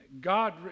god